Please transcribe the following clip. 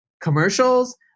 commercials